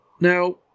Now